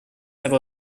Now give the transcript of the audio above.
have